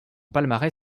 palmarès